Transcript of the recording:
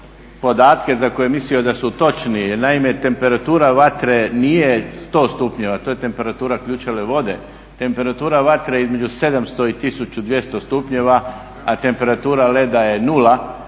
podatke za koje je mislio da su točni. Naime, temperatura vatre nije 100 stupnjeva, to je temperatura ključale vode, temperatura vatre je između 700 i 1200 stupnjeva a temperatura leda je 0,